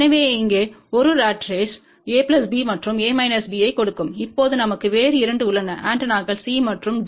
எனவே இங்கே ஒரு ராட் ரேஸ் A B மற்றும் A B ஐக் கொடுக்கும் இப்போது நமக்கு வேறு இரண்டு உள்ளன ஆண்டெனாக்கள் C மற்றும் D